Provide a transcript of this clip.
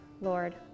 Lord